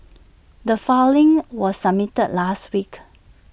the filing was submitted last week